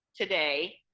today